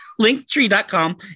linktree.com